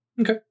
Okay